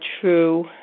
true